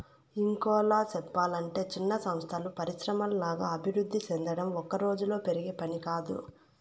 ఇంకోలా సెప్పలంటే చిన్న సంస్థలు పరిశ్రమల్లాగా అభివృద్ధి సెందడం ఒక్కరోజులో జరిగే పని కాదు